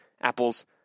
Apple's